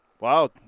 Wow